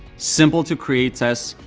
simple to create tests,